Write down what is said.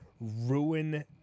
ruin